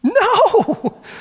No